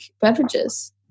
beverages